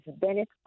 Bennett